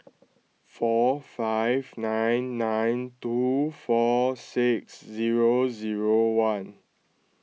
four five nine nine two four six zero zero one